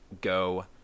go